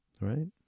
right